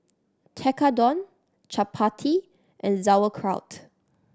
Tekkadon Chapati and Sauerkraut